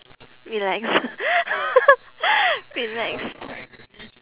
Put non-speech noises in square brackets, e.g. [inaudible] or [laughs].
relax [laughs] relax